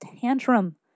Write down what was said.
tantrum